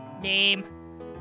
Name